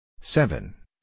Seven